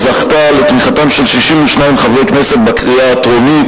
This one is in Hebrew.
זכתה לתמיכתם של 62 חברי כנסת בקריאה הטרומית